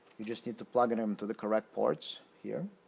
you just need to plug them to the correct ports here